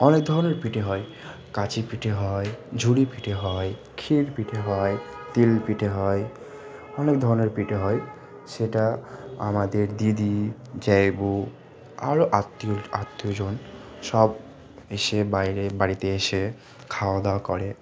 অনেক ধরনের পিঠে হয় কাঁচি পিঠে হয় ঝুড়ি পিঠে হয় ক্ষীর পিঠে হয় তিল পিঠে হয় অনেক ধরনের পিঠে হয় সেটা আমাদের দিদি জামাই বাবু আরও আত্মীয় আত্মীয়জন সব এসে বাইরে বাড়িতে এসে খাওয়া দাওয়া করে